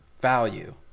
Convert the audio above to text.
value